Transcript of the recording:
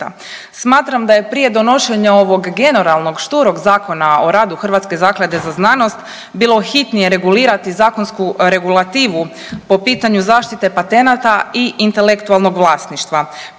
Smatram da je prije donošenja ovog generalnog šturog zakona o radu HRZZ-a bilo hitnije regulirati zakonsku regulativu po pitanju zaštite patenata i intelektualnog vlasništva,